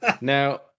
Now